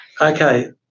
Okay